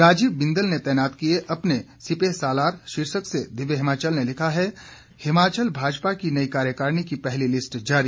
राजीव बिंदल ने तैनात किए अपने सिपहसालार शीर्षक से दिव्य हिमाचल ने लिखा है हिमाचल भाजपा की नई कार्यकारिणी की पहली लिस्ट जारी